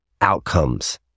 outcomes